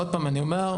עוד פעם אני אומר,